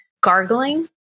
Gargling